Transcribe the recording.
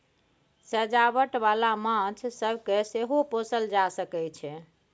सजावट बाला माछ सब केँ सेहो पोसल जा सकइ छै